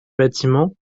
bâtiment